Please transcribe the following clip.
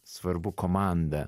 svarbu komanda